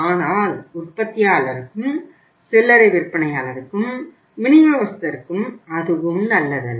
ஆனால் உற்பத்தியாளருக்கும் சில்லறை விற்பனையாளருக்கும் விநியோகஸ்தருக்கும் அதுவும் நல்லதல்ல